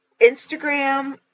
Instagram